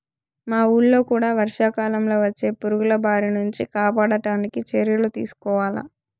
మా వూళ్ళో కూడా వర్షాకాలంలో వచ్చే పురుగుల బారి నుంచి కాపాడడానికి చర్యలు తీసుకోవాల